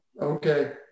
Okay